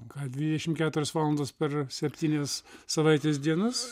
gal dvidešim keturias valandas per septynias savaitės dienas